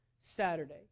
Saturday